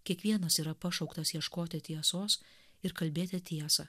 kiekvienas yra pašauktas ieškoti tiesos ir kalbėti tiesą